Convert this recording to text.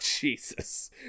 Jesus